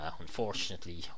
unfortunately